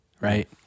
right